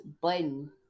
button